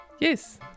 Yes